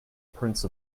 prince